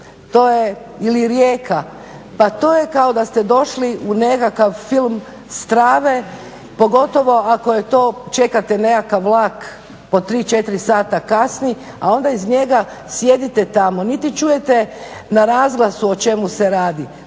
to je kao da ste došli u nekakav film strave pogotovo ako je to, čekate nekakav vlak po tri, četiri sata kasni, a onda iz njega sjedite tamo. Niti čujete na razglasu o čemu se radi.